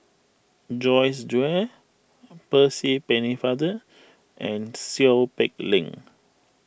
Joyce Jue Percy Pennefather and Seow Peck Leng